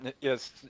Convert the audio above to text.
Yes